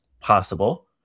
Possible